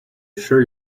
sure